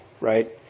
right